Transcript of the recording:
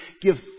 give